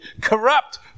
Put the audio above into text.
corrupt